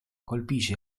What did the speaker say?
colpisce